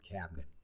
cabinet